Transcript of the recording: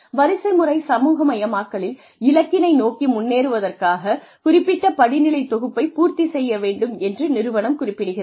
வரிசை முறை சமூகமயமாக்கலில் இலக்கினை நோக்கி முன்னேறுவதற்காக குறிப்பிட்ட படிநிலை தொகுப்பைப் பூர்த்தி செய்ய வேண்டும் என்று நிறுவனம் குறிப்பிடுகிறது